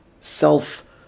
self